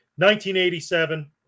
1987